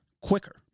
Quicker